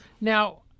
Now